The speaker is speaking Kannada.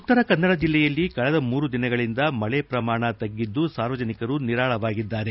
ಉತ್ತರ ಕನ್ನಡ ಜಿಲ್ಲೆಯಲ್ಲಿ ಕಳೆದ ಮೂರು ದಿನಗಳಿಂದ ಮಳೆ ಪ್ರಮಾಣ ತಗ್ಗಿದ್ದು ಸಾರ್ವಜನಿಕರು ನಿರಾಳವಾಗಿದ್ದಾರೆ